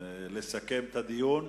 לסכם את הדיון.